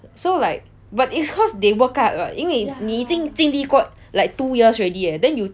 so like but it's cause they woke up 了因为你已经经历过 like two years already eh then you